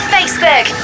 Facebook